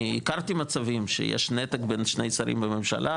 אני הכרתי מצבים שיש נתק בין שני שרים בממשלה,